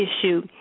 issue